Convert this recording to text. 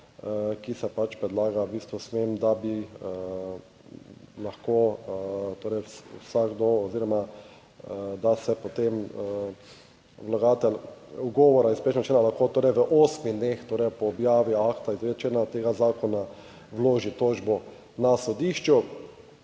pač predlaga v bistvu s tem, da bi lahko torej vsakdo oziroma da se potem vlagatelj ugovora iz prejšnjega člena lahko, torej v osmih dneh, torej po objavi akta člena tega zakona vloži tožbo na sodišču.